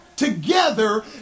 together